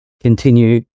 continue